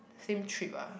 same trip ah